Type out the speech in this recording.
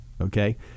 Okay